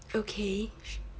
okay